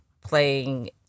playing